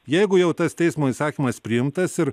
jeigu jau tas teismo įsakymas priimtas ir